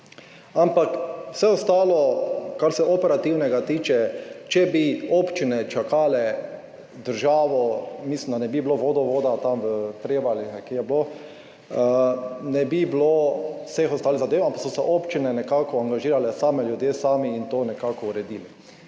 ampak vse ostalo, kar se operativnega tiče, če bi občine čakale državo, mislim, da ne bi bilo vodovoda tam na Prevaljah ali kje je bilo. Ne bi bilo vseh ostalih zadev, ampak so se občine nekako angažirale same, ljudje sami in to nekako uredili.